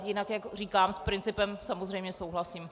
Jinak říkám, s principem samozřejmě souhlasím.